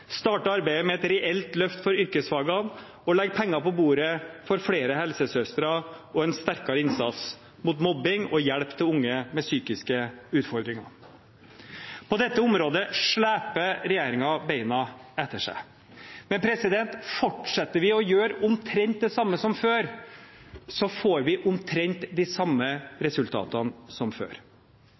starter arbeidet med et reelt løft for yrkesfagene og legger penger på bordet for flere helsesøstre og en sterkere innsats mot mobbing og hjelp til unge med psykiske utfordringer. På dette området sleper regjeringen beina etter seg. Men fortsetter vi å gjøre omtrent det samme som før, får vi omtrent de samme resultatene som før.